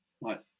right